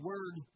Word